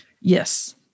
Yes